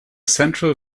central